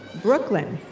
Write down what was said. brooklyn.